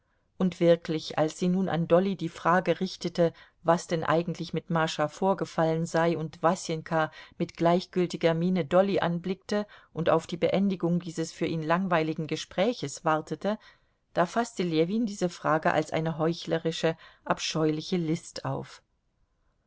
und wirklich als sie nun an dolly die frage richtete was denn eigentlich mit mascha vorgefallen sei und wasenka mit gleichgültiger miene dolly anblickte und auf die beendigung dieses für ihn langweiligen gespräches wartete da faßte ljewin diese frage als eine heuchlerische abscheuliche list auf